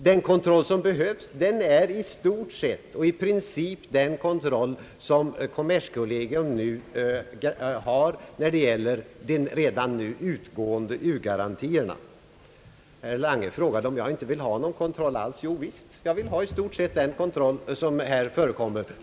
Vad som behövs är i stort sett och i princip den kontroll som kommerskollegium nu tillämpar när det gäller de redan existerande u-garantierna. Herr Lange frågade om jag inte vill ha någon kontroll alls. Jo visst, jag vill ha i stort sett den kontroll som förekommer.